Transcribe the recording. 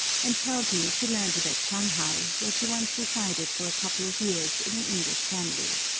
and tells me she learned it at shanghai, where she once resided for a couple of years in an english family.